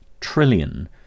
trillion